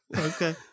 Okay